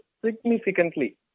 significantly